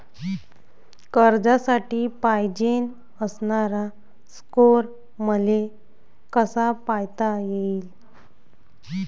कर्जासाठी पायजेन असणारा स्कोर मले कसा पायता येईन?